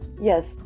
yes